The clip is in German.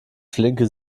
flinke